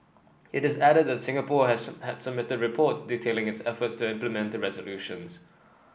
it added that Singapore had submitted reports detailing its efforts to implement the resolutions